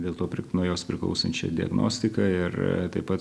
dėl to pirkt nuo jos priklausančią diagnostiką ir taip pat